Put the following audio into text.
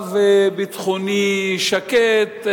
מצב ביטחוני שקט,